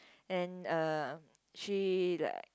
and a she like